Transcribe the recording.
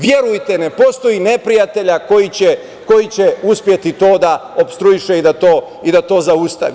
Verujte, ne postoje neprijatelji koji će uspeti to da opstrujiše i da to zaustavi.